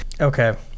Okay